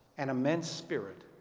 and immense spirit